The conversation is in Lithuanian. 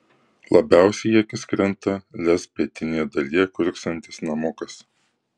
labiausiai į akis krenta lez pietinėje dalyje kiurksantis namukas